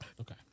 Okay